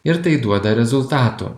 ir tai duoda rezultatų